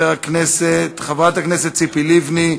חברת הכנסת ציפי לבני,